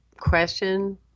question